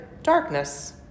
darkness